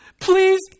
Please